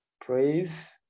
praise